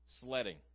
sledding